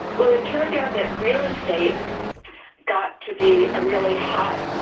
well, it turned out that real estate got to be a really hot,